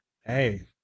hey